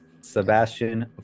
Sebastian